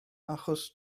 achos